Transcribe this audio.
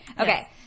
Okay